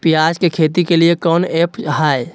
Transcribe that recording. प्याज के खेती के लिए कौन ऐप हाय?